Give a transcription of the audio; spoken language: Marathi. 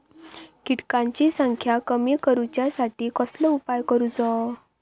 किटकांची संख्या कमी करुच्यासाठी कसलो उपाय करूचो?